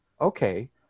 Okay